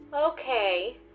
Okay